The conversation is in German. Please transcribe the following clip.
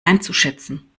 einzuschätzen